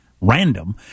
random